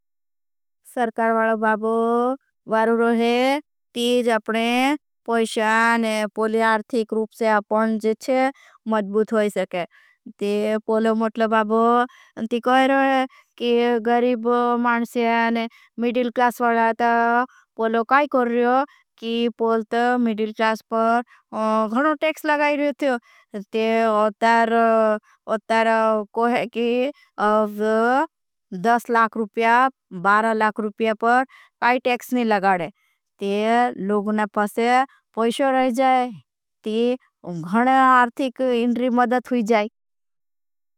सरकार वालो बाबो वारू रोहे तीज अपने पैशा ने पोली आर्थिक रूप। से अपने जेचे मज़्बूत होई सके पोलो मतलो बाबो ती कहेरो है कि। गरीब माणसी है और मीडिल क्लास वाला ता पोलो काई कोर रहे हो। कि पोल ता मीडिल क्लास पर गणों टेक्स लगाई रहे थे ते अतार कोहे। कि अव दस लाख रूपया बारा लाख रूपया पर काई टेक्स नहीं लगाडे। ते लोगने पसे पैशो रहे जाए ते उगहने आर्थिक इन्री मदद हुई जाए।